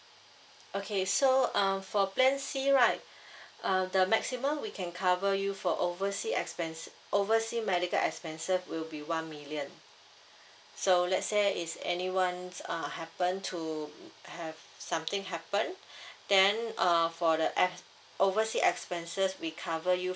okay so uh for plan C right uh the maximum we can cover you for oversea expense oversea medical expenses will be one million so let's say is anyone's uh happen to have something happen then uh for the ex~ oversea expenses we cover you